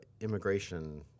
immigration